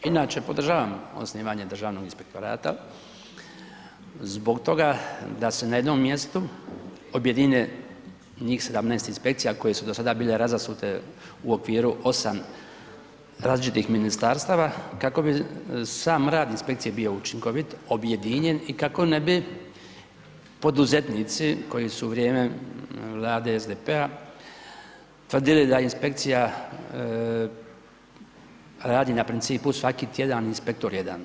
Inače podržavam osnivanje Državnog inspektorata, zbog toga da se na jednom mjestu objedine njih 17 inspekcija koje su do sada bile razasute u okviru 8 različitih ministarstava, kako bi sam rad inspekcije bio učinkovit, objedinjen i kako ne bi poduzetnici koji su u vrijeme vlade SDP-a tvrdili da inspekcija radi na principu svaki tjedan inspektor jedan.